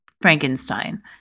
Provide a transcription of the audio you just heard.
Frankenstein